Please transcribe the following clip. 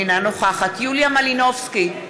אינה נוכחת יוליה מלינובסקי,